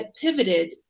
pivoted